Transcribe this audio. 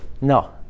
No